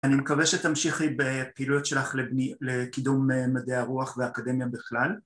אני מקווה שתמשיכי בפעילויות שלך לקידום מדעי הרוח ואקדמיה בכלל